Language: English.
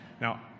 Now